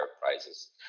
prizes